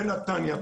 בנתניה,